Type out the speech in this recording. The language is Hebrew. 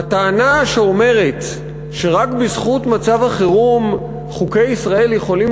הטענה שאומרת שרק בזכות מצב החירום חוקי ישראל יכולים